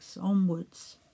onwards